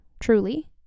truly